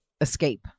escape